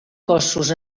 cossos